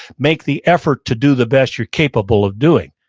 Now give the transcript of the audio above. make the effort to do the best you're capable of doing,